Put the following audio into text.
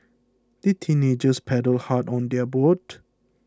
the teenagers paddled hard on their boat